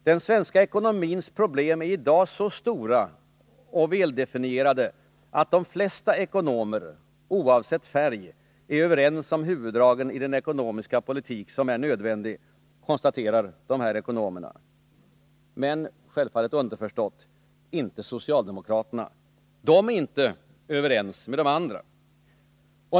”Den svenska ekonomins problem är i dag så stora och väldefinierade att de flesta ekonomer — oavsett färg — är överens om huvuddragen i den ekonomiska politik som är nödvändig”, konstaterar de här ekonomerna. Men — underförstått — inte socialdemokraterna; de är inte överens med de andra.